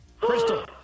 Crystal